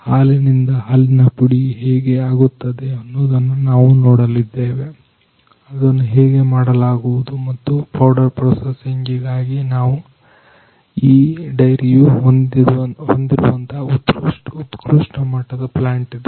ಹಾಲಿನಿಂದ ಹಾಲಿನ ಪುಡಿ ಹೇಗೆ ಆಗುತ್ತದೆ ಎನ್ನುವುದನ್ನು ನಾವು ನೋಡಲಿದ್ದೇವೆ ಅದನ್ನು ಹೇಗೆ ಮಾಡಲಾಗುವುದು ಮತ್ತು ಪೌಡರ್ ಪ್ರೊಸೆಸಿಂಗ್ ಗಾಗಿ ಈ ಡೈರಿಯು ಹೊಂದಿರುವಂತಹ ಉತ್ಕೃಷ್ಟಮಟ್ಟದ ಪ್ಲಾಂಟ್ ಇದು